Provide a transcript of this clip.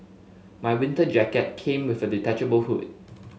my winter jacket came with a detachable hood